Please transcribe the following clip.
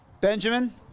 Benjamin